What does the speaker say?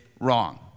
wrong